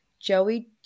Joey